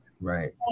Right